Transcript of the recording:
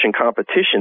competition